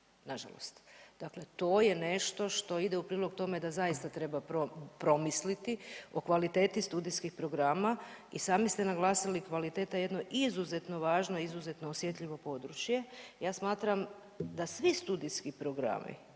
na žalost. Dakle, to je nešto što ide u prilog tome da zaista treba promisliti o kvaliteti studijskih programa. I sami ste naglasili kvaliteta je jedno izuzetno važno, izuzetno osjetljivo područje. Ja smatram da svi studijski programi